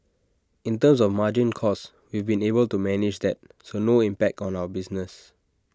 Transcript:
in terms of our margin costs we've been able to manage that so no impact on our business